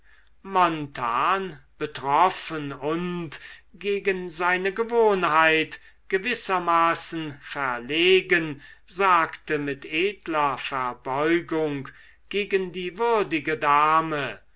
montan betroffen und gegen seine gewohnheit gewissermaßen verlegen sagte mit edler verbeugung gegen die würdige dame